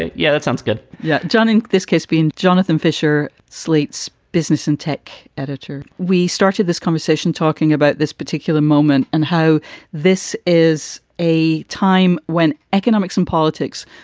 yeah, that sounds good yeah. john, in this case being jonathan fisher, slate's business and tech editor, we started this conversation talking about this particular moment and how this is a time when economics and politics,